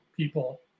people